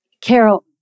Carol